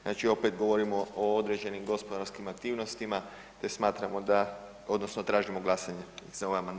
Znači opet govorimo o određenim gospodarskim aktivnostima te smatramo da odnosno tražimo glasanje za ovaj amandman.